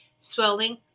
swelling